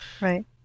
Right